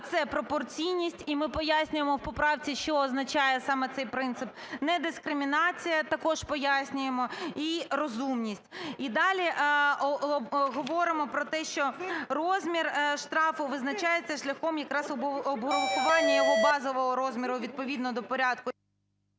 – пропорційність. І ми пояснюємо в поправці, що означає саме цей принцип, недискримінація – також пояснюємо і розумність. І далі говоримо про те, що розмір штрафу визначається шлях якраз обрахування його базового розміру відповідно до порядку…